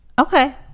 Okay